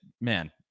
man